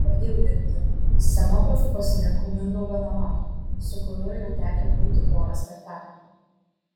pradėjau dirbti scenografu pasirinkau mindaugą navaką su kuriuo jau tekę kurti porą spektaklių